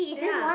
ya